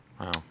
Wow